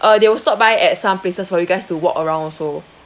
uh they will stop by at some places for you guys to walk around also